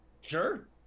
Sure